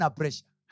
pressure